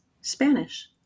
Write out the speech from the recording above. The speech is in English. Spanish